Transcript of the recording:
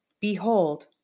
Behold